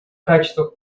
качествах